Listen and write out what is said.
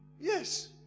Yes